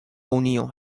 unio